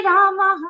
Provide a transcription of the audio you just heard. Rama